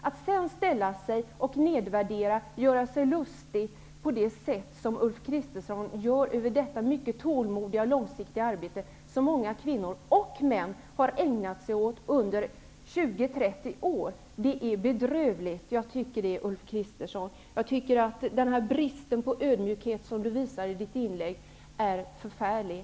Att sedan ställa sig och nedvärdera och göra sig lustig på det sätt Ulf Kristensson gör över detta mycket tålmodiga och långsiktiga arbete som många kvinnor och män har ägnat sig åt under 20 30 år är bedrövligt. Jag tycker att den brist på ödmjukhet som Ulf Kristersson visar i sitt inlägg är förfärlig.